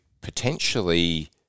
potentially